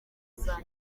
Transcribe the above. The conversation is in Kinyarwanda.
saa